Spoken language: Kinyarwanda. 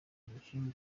umukinnyi